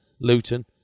Luton